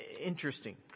Interesting